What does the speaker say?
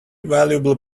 valuable